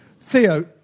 Theo